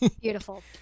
Beautiful